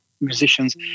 musicians